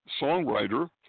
songwriter